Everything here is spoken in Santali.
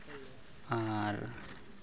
ᱟᱨ